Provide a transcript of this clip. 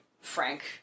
frank